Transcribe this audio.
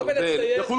יחולו גם פה.